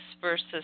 versus